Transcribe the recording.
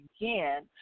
again